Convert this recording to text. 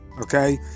Okay